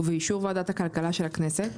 ובאישור ועדת הכלכלה של הכנסת,